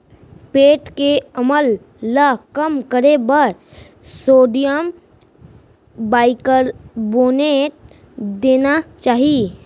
पेट के अम्ल ल कम करे बर सोडियम बाइकारबोनेट देना चाही